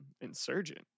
insurgent